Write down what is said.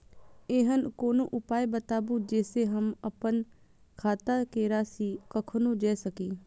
ऐहन कोनो उपाय बताबु जै से हम आपन खाता के राशी कखनो जै सकी?